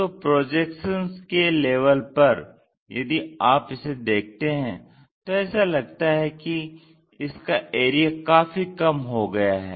तो प्रोजेक्शन के लेवल पर यदि आप इसे देखते हैं तो ऐसा लगता है कि इसका एरिया काफी कम हो गया है